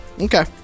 Okay